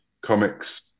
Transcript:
comics